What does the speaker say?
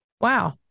Wow